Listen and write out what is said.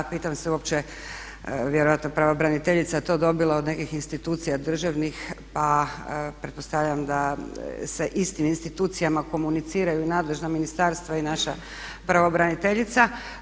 Pitam se uopće, vjerojatno je pravobraniteljica to dobila od nekih institucija državni pa pretpostavljam da sa istim institucijama komuniciraju i nadležna ministarstva i naša pravobraniteljica.